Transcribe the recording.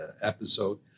episode